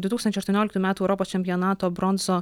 du tūkstančiai aštuonioliktų metų europos čempionato bronzo